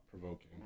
provoking